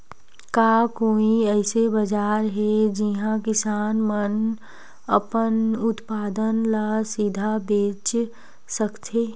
का कोई अइसे बाजार हे जिहां किसान मन अपन उत्पादन ला सीधा बेच सकथे?